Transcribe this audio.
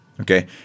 okay